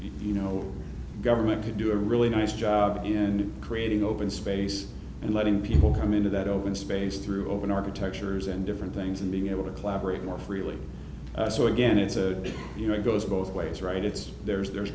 you know government could do a really nice job in creating open space and letting people come into that open space through open architectures and different things and being able to collaborate more freely so again it's a you know it goes both ways right it's there's there's